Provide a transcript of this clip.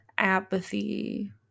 Apathy